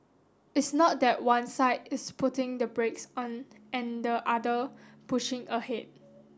it's not that one side is putting the brakes on and the other pushing ahead